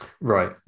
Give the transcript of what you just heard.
Right